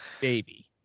Baby